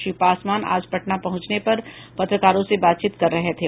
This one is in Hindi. श्री पासवान आज पटना पहुंचने पर पत्रकारों से बातचीत कर रहे थे